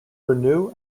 renew